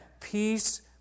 peace